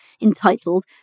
entitled